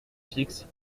fixes